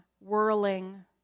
whirling